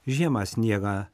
žiemą sniegą